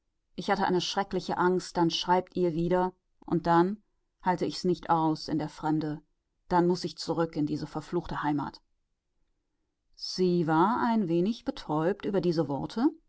ich hatte eine schreckliche angst dann schreibt ihr wieder und dann halte ich's nicht aus in der fremde dann muß ich zurück in diese verfluchte heimat sie war ein wenig betäubt über diese worte